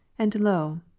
and, lo!